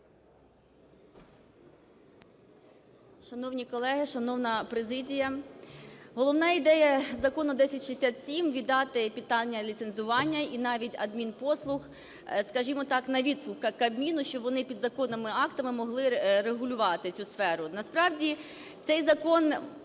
Шановні колеги, шановна президія, головна ідея Закону 1067 - віддати питання ліцензування, і навіть адмінпослуг, скажімо так, на відкуп Кабміну, щоб вони підзаконними актами могли регулювати цю сферу. Насправді цей закон…